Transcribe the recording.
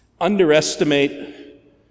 underestimate